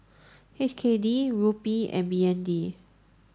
H K D Rupee and B N D